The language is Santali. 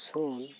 ᱥᱩᱱ